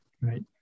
right